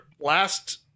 last